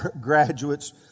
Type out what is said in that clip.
graduates